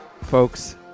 folks